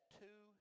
two